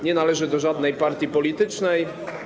Nie należy do żadnej partii politycznej.